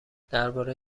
درباره